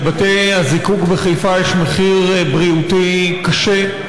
לבתי הזיקוק בחיפה יש מחיר בריאותי קשה,